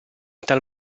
tal